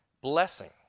blessing